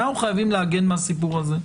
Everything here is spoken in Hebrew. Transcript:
אנחנו חייבים להגן מהסיפור הזה.